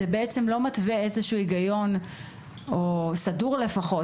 זה בעצם לא מתווה איזשהו היגיון סדור לפחות